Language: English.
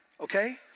okay